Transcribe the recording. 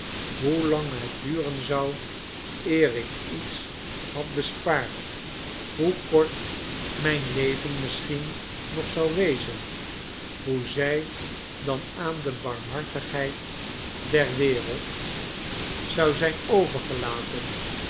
besparen hoelang het duren zou eer ik iets had bespaard hoe kort mijn leven misschien nog zou wezen hoe zij dan aan de barmhartigheid der wereld nelly zou zijn overgelaten